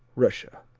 russia